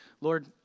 Lord